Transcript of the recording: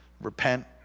repent